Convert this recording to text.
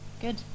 good